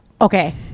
Okay